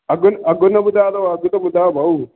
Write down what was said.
अघुन अघु न ॿुधायो अथव अघु त ॿुधायो भाऊ